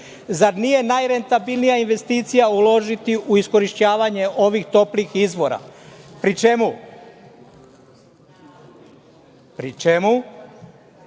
Zar nije najrentabilnija investicija uložiti u iskorišćavanje ovih toplih izvora, pri čemu mi treba